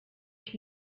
ich